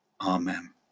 Amen